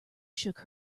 shook